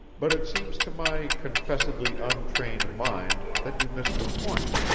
but it seems to my confessedly untrained mind that you missed the point.